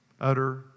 utter